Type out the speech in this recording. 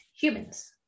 humans